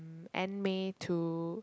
end May to